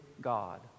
God